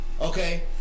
okay